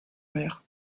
mère